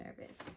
nervous